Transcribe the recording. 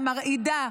המרעידה,